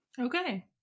Okay